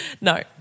No